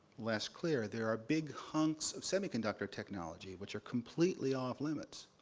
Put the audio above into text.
less clear. there are big hunks of semiconductor technology which are completely off limits.